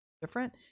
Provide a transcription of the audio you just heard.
different